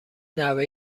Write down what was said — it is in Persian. نوه